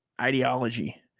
ideology